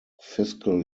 fiscal